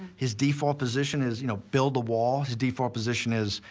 his default position is, you know, build the wall. his default position is,